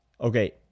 Okay